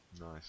Nice